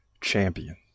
champion